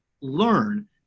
learn